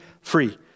free